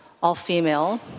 all-female